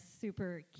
super